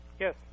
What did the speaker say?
Yes